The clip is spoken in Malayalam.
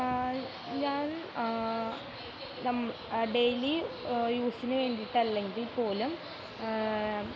ഞാൻ ഡെയിലി യൂസിന് വേണ്ടിയിട്ടല്ലെങ്കിൽ പോലും